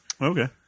Okay